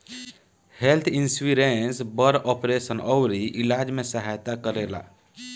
health insurance बड़ operation अउरी इलाज में सहायता करेला